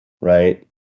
Right